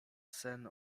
sen